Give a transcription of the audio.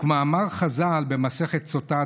וכמאמר חז"ל במסכת סוטה,